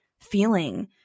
feeling